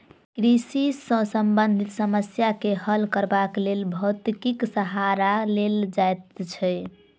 कृषि सॅ संबंधित समस्या के हल करबाक लेल भौतिकीक सहारा लेल जाइत छै